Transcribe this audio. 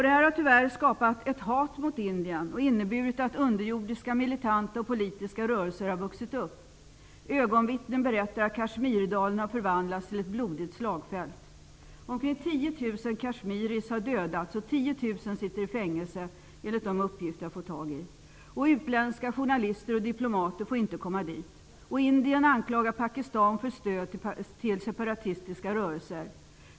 Detta har tyvärr skapat ett hat mot Indien och inneburit att underjordiska, militanta och politiska rörelser har vuxit upp. Ögonvittnen berättar att Kashmirdalen har förvandlats till ett blodigt slagfält. Omkring 10 000 kashmiris har dödats och 10 000 sitter i fängelse enligt de uppgifter som jag har fått tag i. Utländska journalister och diplomater får inte komma dit. Indien anklagar Pakistan för stöd till separatistiska rörelser.